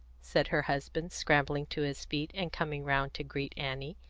said her husband, scrambling to his feet, and coming round to greet annie.